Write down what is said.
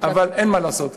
אבל אין מה לעשות.